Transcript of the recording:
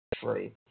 free